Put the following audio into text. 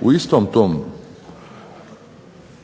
u istom tom